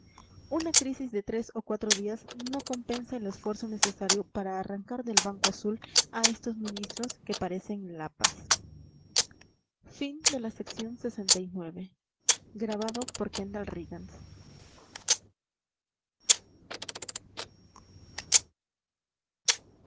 una crisis de tres o cuatro días no compensa el esfuerzo necesario para arrancar del banco azul a estos ministros que parecen lapas ix